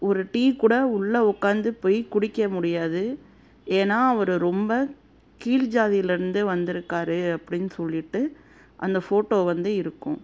ஒரு டீக்கூடை உள்ளே உட்காந்து போய் குடிக்க முடியாது ஏன்னால் அவர் ரொம்ப கீழ் ஜாதியிலிருந்து வந்திருக்காரு அப்படின்னு சொல்லிட்டு அந்த ஃபோட்டோ வந்து இருக்கும்